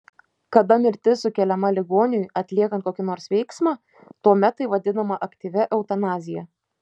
kada mirtis sukeliama ligoniui atliekant kokį nors veiksmą tuomet tai vadinama aktyvia eutanazija